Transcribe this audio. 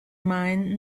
mine